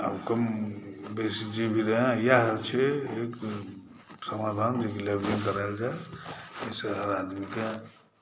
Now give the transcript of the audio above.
आब कम बेसी जे भी रहय इएह छै समाधान निकलै सब आदमी के